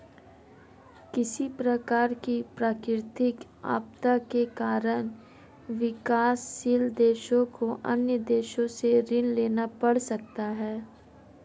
किसी प्रकार की प्राकृतिक आपदा के कारण विकासशील देशों को अन्य देशों से ऋण लेना पड़ सकता है